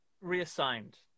reassigned